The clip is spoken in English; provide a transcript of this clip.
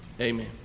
amen